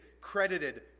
credited